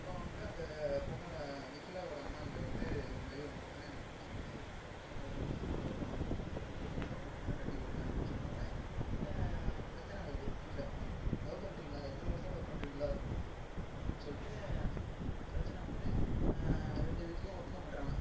அப்போ வந்து அந்த பொண்ணோட நிகிலாவோட அம்மாக்கிட்ட வந்து இதுமாதிரி உங்கள் பொண்ண எனக்கு பிடிச்சிருக்கு நாங்கள் இத்தனை வருஷமாக லவ் பண்ணுறோம் எங்களுக்கு வந்து உங்கள் பொண்ணை கட்டிக்கொடுங்க அப்படின்னு சொன்னோன்ன பிரச்சனை வருது வீட்டில் லவ் பண்ணுறீங்களா இத்தனை வர்ஷம் லவ் பண்ணுறீங்ளா அப்படின்னு சொல்லிட்டு பிரச்சனை வந்து ரெண்டு வீட்லையும் ஒத்துக்க மாட்டுறாங்க